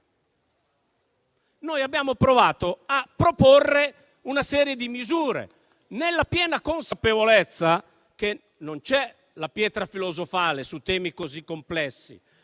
Noi abbiamo provato a proporre una serie di misure nella piena consapevolezza che non c'è la pietra filosofale su temi così complessi.